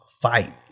fight